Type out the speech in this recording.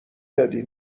دادی